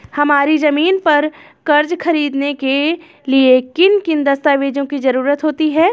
हमारी ज़मीन पर कर्ज ख़रीदने के लिए किन किन दस्तावेजों की जरूरत होती है?